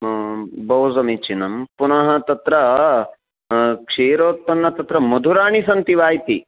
बहु समीचीनं पुनः तत्र क्षीरोत्पन्नं तत्र मधुराणि सन्ति वा इति